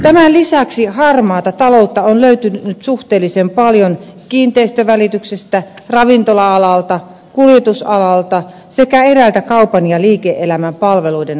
tämän lisäksi harmaata taloutta on löytynyt suhteellisen paljon kiinteistövälityksestä ravintola alalta kuljetusalalta sekä eräiltä kaupan ja liike elämän palveluiden aloilta